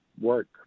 work